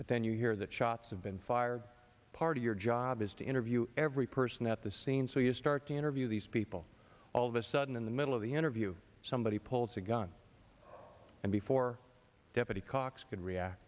but then you hear that shots have been fired part of your job is to interview every person at the scene so you start to interview these people all of a sudden in the middle of the interview somebody pulls a gun and before deputy cox could react